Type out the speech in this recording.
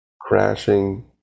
crashing